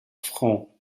francs